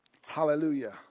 Hallelujah